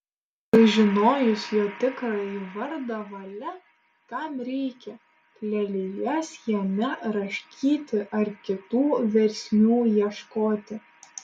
sužinojus jo tikrąjį vardą valia kam reikia lelijas jame raškyti ar kitų versmių ieškoti